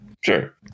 Sure